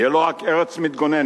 היא לא רק ארץ מתגוננת,